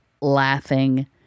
laughing